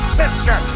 sister